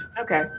Okay